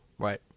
Right